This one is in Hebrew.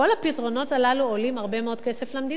כל הפתרונות הללו עולים הרבה מאוד כסף למדינה,